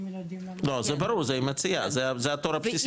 לא, זה ברור, מציע, זה התור הבסיסי.